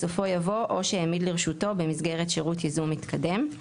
בסופו יבוא "או שהעמיד לרשותו במסגרת שירות ייזום מתקדם";